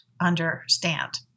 understand